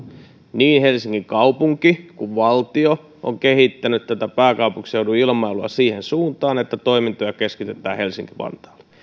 niin helsingin kaupunki kuin valtio ovat kehittäneet tätä pääkaupunkiseudun ilmailua siihen suuntaan että toimintoja keskitetään helsinki vantaalle tämä